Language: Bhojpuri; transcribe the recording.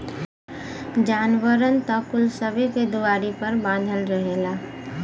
जानवरन त कुल सबे के दुआरी पर बँधल रहेला